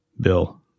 Bill